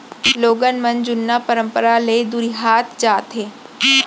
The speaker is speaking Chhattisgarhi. लोगन मन जुन्ना परंपरा ले दुरिहात जात हें